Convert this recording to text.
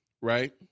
right